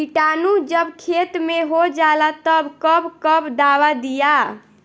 किटानु जब खेत मे होजाला तब कब कब दावा दिया?